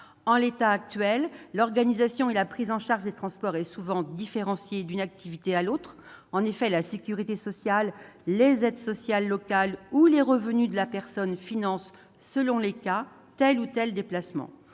En l'état actuel, l'organisation et la prise en charge des transports sont souvent différenciées d'une activité à une autre. En effet, la sécurité sociale, les aides sociales locales ou les revenus de la personne financent, selon les cas, tel ou tel déplacement.